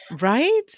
Right